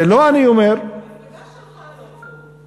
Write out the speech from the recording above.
זה לא אני אומר, המפלגה שלך לא פה.